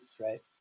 right